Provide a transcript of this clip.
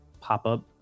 pop-up